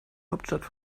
hauptstadt